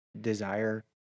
desire